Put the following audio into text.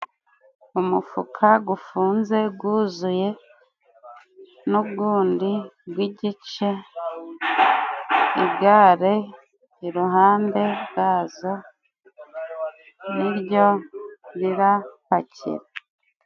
Umufuka gufunze guzuye n'ugundi gwigice igare iruhande rwazo niryo rirapakira.